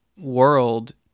world